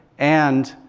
and